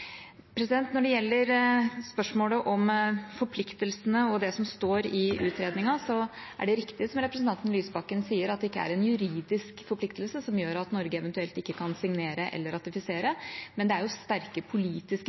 Når det gjelder spørsmålet om forpliktelsene og det som står i utredningen, er det riktig som representanten Lysbakken sier, at det ikke er en juridisk forpliktelse som gjør at Norge eventuelt ikke kan signere eller ratifisere, men det er sterke politiske